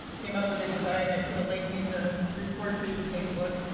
came up with the design. i put a link in the report for you to take a look.